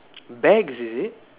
bags is it